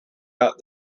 out